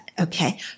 Okay